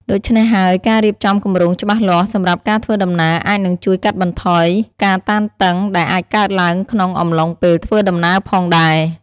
ដូច្នេះហើយការរៀបចំគម្រោងច្បាស់លាស់សម្រាប់ការធ្វើដំណើរអាចនឹងជួយកាត់បន្ថយការតានតឹងដែលអាចកើតឡើងក្នុងអំឡុងពេលធ្វើដំណើរផងដែរ។